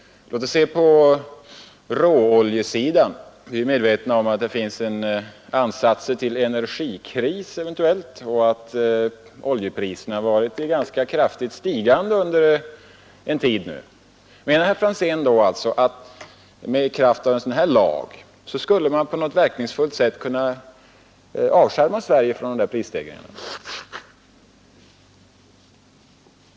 Vi kan se på råoljesidan. Vi är medvetna om att det finns ansatser till en energikris och att oljepriserna varit ganska kraftigt i stigande sedan en tid. Skulle man då i kraft av en sådan här lag kunna på ett verkningsfullt sätt avskärma Sverige från dessa prisstegringar, herr Franzén?